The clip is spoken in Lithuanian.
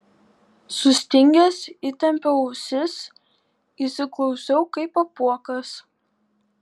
sustingęs įtempiau ausis įsiklausiau kaip apuokas